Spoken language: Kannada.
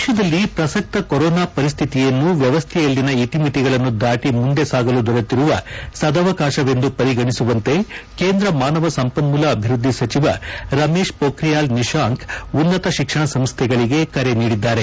ದೇಶದಲ್ಲಿ ಪ್ರಸಕ್ತ ಕೊರೊನಾ ಪರಿಕ್ಕಿತಿಯನ್ನು ವ್ಯವಸ್ಥೆಯಲ್ಲಿನ ಇತಿಮಿತಿಗಳನ್ನು ದಾಟಿ ಮುಂದೆ ಸಾಗಲು ದೊರೆತಿರುವ ಸದವಕಾಶವೆಂದು ಪರಿಗಣಿಸುವಂತೆ ಕೇಂದ್ರ ಮಾನವ ಸಂಪನ್ಮೂಲ ಅಭಿವೃದ್ಧಿ ಸಚಿವ ರಮೇಶ್ ಮೋಖಿಯಾಲ್ ನಿಶಾಂಕ್ ಉನ್ನತ ಶಿಕ್ಷಣ ಸಂಸ್ಥಗಳಿಗೆ ಕರೆ ನೀಡಿದ್ದಾರೆ